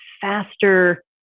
faster